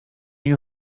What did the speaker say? you